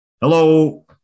Hello